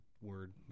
word